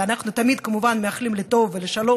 ואנחנו תמיד כמובן מייחלים לטוב ולשלום